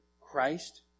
Christ